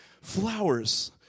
flowers